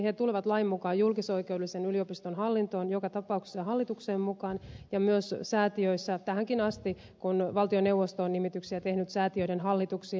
he tulevat lain mukaan julkisoikeudellisen yliopiston hallintoon joka tapauksessa hallitukseen mukaan ja myös säätiöissä tähänkin asti kun valtioneuvosto on nimityksiä tehnyt säätiöiden hallituksiin